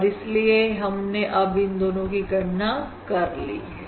और इसलिए हमने अब इन दोनों की गणना कर ली है